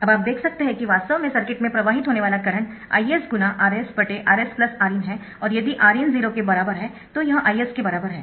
अब आप देख सकते है कि वास्तव में सर्किट में प्रवाहित वाला करंट Is × RsRs Rin है और यदि Rin 0 के बराबर है तो यह Is के बराबर है